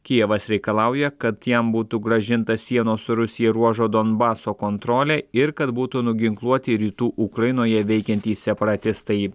kijevas reikalauja kad jam būtų grąžintas sienos su rusija ruožo donbaso kontrolė ir kad būtų nuginkluoti rytų ukrainoje veikiantys separatistai